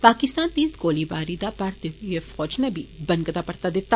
पाकिस्तान दी इस गोलीबारी दा भारतीय फौज ने बी बनकदा परता दिता